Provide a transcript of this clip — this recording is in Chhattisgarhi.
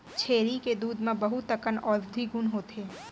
छेरी के दूद म बहुत अकन औसधी गुन होथे